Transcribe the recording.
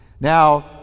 Now